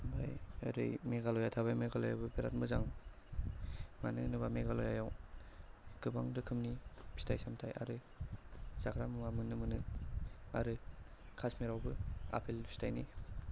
ओमफाय ओरै मेघालया थाबाय मेघालयाबो बिराद मोजां मानो होनोब्ला मेघालयाआव गोबां रोखोमनि फिथाय सामथाय आरो जाग्रा मुवा नुनो मोनो आरो काशमिरावबो आफेल फिथायनि